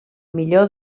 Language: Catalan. millor